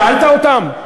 שאלת אותם?